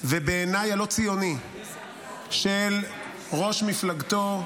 ובעיניי הלא-ציוני של ראש מפלגתו,